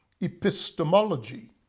epistemology